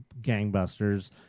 gangbusters